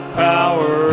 power